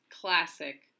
classic